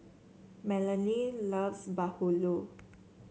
Melony loves bahulu